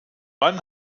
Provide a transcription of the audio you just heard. wann